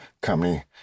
company